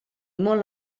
molt